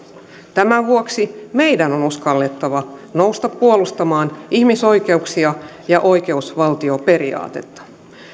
tämän vuoksi meidän on uskallettava nousta puolustamaan ihmisoikeuksia ja oikeusvaltioperiaatetta